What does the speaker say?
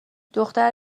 دختر